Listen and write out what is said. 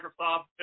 Microsoft